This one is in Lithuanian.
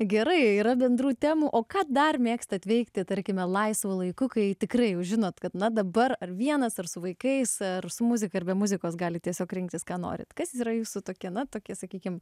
gerai yra bendrų temų o ką dar mėgstate veikti tarkime laisvu laiku kai tikrai jūs žinot kad na dabar ar vienas ar su vaikais ar su muzika ir be muzikos gali tiesiog rinktis ką norite kas yra jūsų tokiame tokie sakykime